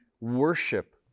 worship